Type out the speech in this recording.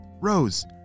Rose